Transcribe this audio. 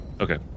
okay